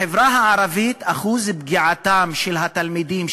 בחברה הערבית אחוז פגיעתם של התלמידים,